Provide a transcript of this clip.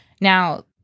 Now